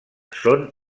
són